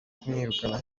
kumwirukana